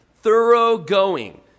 thorough-going